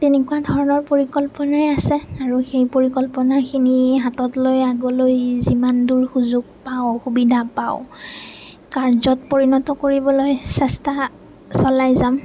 তেনেকুৱা ধৰণৰ পৰিকল্পনাই আছে আৰু সেই পৰিকল্পনাখিনি হাতত লৈ আগলৈ যিমান দূৰ সুযোগ পাওঁ সুবিধা পাওঁ কাৰ্যত পৰিণত কৰিবলৈ চেষ্টা চলাই যাম